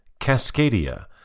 Cascadia